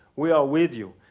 we are with you.